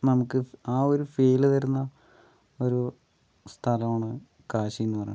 നമുക്ക് ആ ഒരു ഫീല് തരുന്ന ഒരു സ്ഥലമാണ് കാശിയെന്ന് പറയുന്നത്